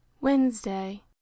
Wednesday